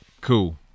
Cool